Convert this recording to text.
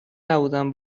نبودم